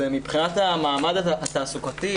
מבחינת המעמד התעסוקתי,